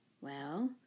Well